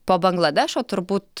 po bangladešo turbūt